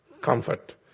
comfort